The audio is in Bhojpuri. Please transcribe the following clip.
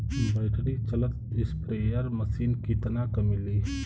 बैटरी चलत स्प्रेयर मशीन कितना क मिली?